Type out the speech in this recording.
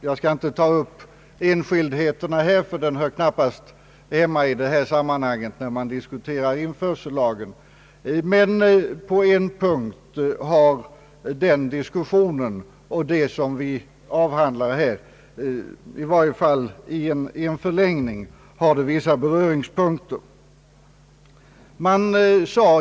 Jag skall inte ta upp enskildheterna i den, ty de hör knappast hemma i diskussionen om införsellagen, men på en punkt har TV-diskussionen och det vi nu avhandlar — i varje fall i en förlängning — vissa beröringspunkter.